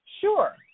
Sure